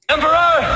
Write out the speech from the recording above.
Emperor